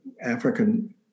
African